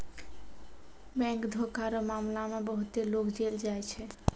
bank धोखा रो मामला मे बहुते लोग जेल जाय छै